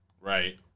Right